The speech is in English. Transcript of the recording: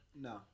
No